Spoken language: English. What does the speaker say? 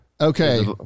Okay